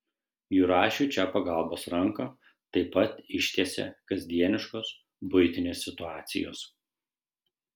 jurašiui čia pagalbos ranką taip pat ištiesia kasdieniškos buitinės situacijos